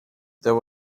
there